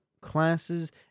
classes